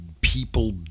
People